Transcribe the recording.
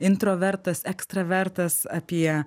introvertas ekstravertas apie